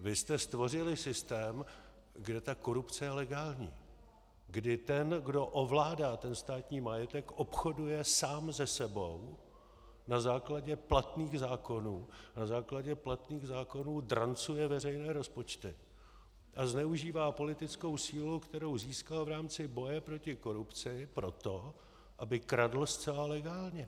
Vy jste stvořili systém, kdy ta korupce je legální, kdy ten, kdo ovládá státní majetek, obchoduje sám se sebou na základě platných zákonů, na základě platných zákonů drancuje veřejné rozpočty a zneužívá politickou sílu, kterou získal v rámci boje proti korupci proto, aby kradl zcela legálně.